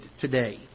today